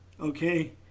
Okay